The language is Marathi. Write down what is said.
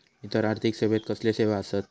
इतर आर्थिक सेवेत कसले सेवा आसत?